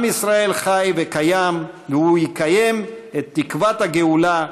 עם ישראל חי וקיים, והוא יקיים את תקוות הגאולה,